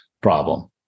problem